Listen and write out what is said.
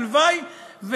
הלוואי,